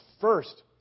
first